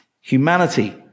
Humanity